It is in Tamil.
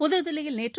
புதுதில்லியில்நேற்று